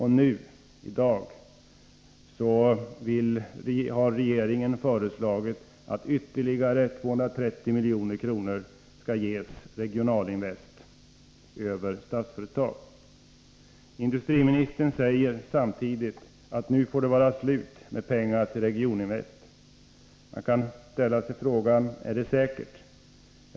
I dag föreligger förslag från regeringen att ytterligare 230 milj.kr. skall ges till Regioninvest via Statsföretag. Industriministern säger samtidigt att det nu får vara slut med pengar till Regioninvest. Man kan ställa frågan: Hur säkert är detta besked?